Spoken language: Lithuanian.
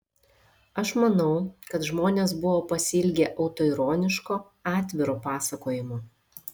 aš manau kad žmonės buvo pasiilgę autoironiško atviro pasakojimo